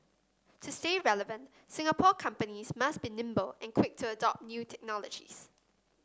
to stay relevant Singapore companies must be nimble and quick to adopt new technologies